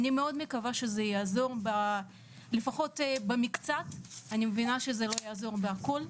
אני מאוד מקווה שזה יעזור לפחות במקצת אני מבינה שזה לא יעזור בהכול,